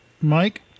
Mike